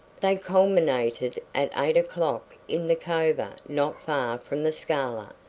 they culminated at eight o'clock in the cova not far from the scala,